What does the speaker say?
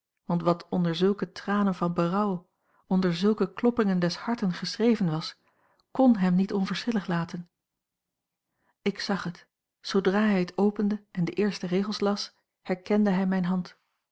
want wat onder zulke tranen van berouw onder zulke kloppingen des harten geschreven was kon hem niet onverschillig laten ik zag het zoodra hij het opende en de eerste regels las herkende hij mijne hand